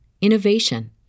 innovation